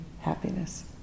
happiness